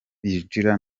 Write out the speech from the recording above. binjira